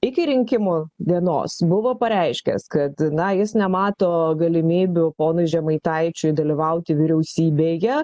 iki rinkimų dienos buvo pareiškęs kad na jis nemato galimybių ponui žemaitaičiui dalyvauti vyriausybėje